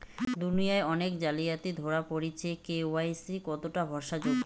দুনিয়ায় অনেক জালিয়াতি ধরা পরেছে কে.ওয়াই.সি কতোটা ভরসা যোগ্য?